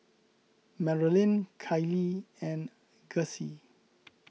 Marilyn Kyleigh and Gussie